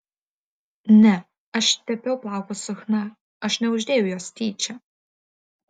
ne aš tepiau plaukus su chna aš neuždėjau jos tyčia